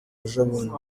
ejobundi